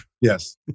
Yes